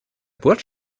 burj